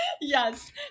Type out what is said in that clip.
Yes